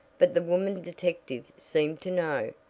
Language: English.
but the woman detective seemed to know,